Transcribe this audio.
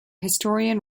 historian